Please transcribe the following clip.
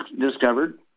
discovered